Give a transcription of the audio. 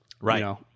Right